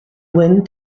wind